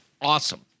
awesome